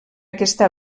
aquesta